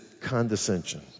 condescension